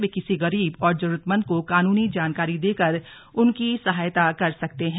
वे किसी गरीब और जरूरतमंद को कानूनी जानकारी देकर उनकी सहायता कर सकते हैं